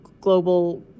global